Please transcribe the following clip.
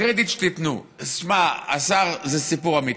בקרדיט שתיתנו, תשמע, השר, זה סיפור אמיתי.